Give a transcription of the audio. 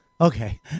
Okay